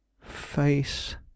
face